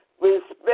Respect